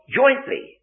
jointly